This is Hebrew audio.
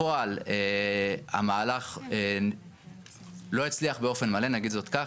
בפועל המהלך לא הצליח באופן מלא, נגיד זאת כך.